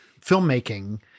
filmmaking